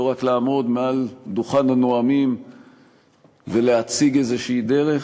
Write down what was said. לא רק לעמוד מעל דוכן הנואמים ולהציג איזו דרך,